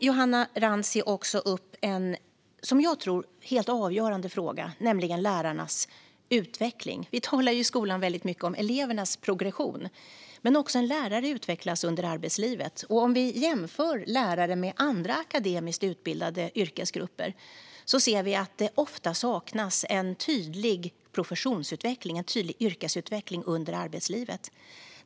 Johanna Rantsi tog upp en fråga som jag tror är helt avgörande, nämligen lärarnas utveckling. Vi talar i skolan väldigt mycket om elevernas progression, men också en lärare utvecklas under arbetslivet. Om vi jämför lärare med andra akademiskt utbildade yrkesgrupper ser vi att det ofta saknas en tydlig professionsutveckling, en tydlig yrkesutveckling, under arbetslivet.